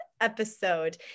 episode